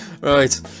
Right